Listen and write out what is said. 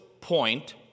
point